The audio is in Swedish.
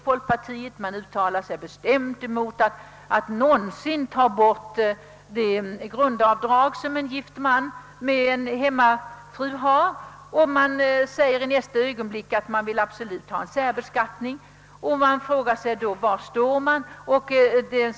Folkpartiet uttalar sig bestämt emot att någonsin ta bort det grundavdrag som en gift man med hemmafru har, men i nästa ögonblick säger man att man absolut vill ha särbeskattning. Var står folkpartiet egentligen?